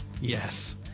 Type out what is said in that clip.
Yes